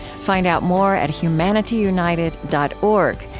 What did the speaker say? find out more at humanityunited dot org,